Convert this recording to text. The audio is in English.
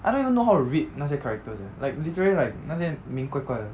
I don't even know how to read 那些 characters eh like literally like 那些名怪怪的